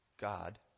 God